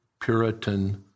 Puritan